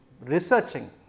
researching